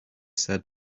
said